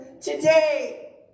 today